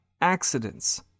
accidents